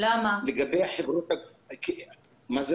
אבל רוב הקבלנים והחברות האחרות ממש לא.